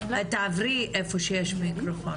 משרד הבריאות שמוליק חלק